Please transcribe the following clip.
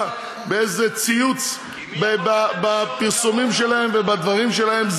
באיזה ציוץ בפרסומים שלהם ובדברים שלהם,